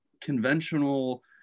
conventional